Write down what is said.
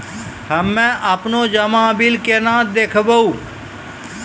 हम्मे आपनौ जमा बिल केना देखबैओ?